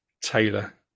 Taylor